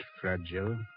fragile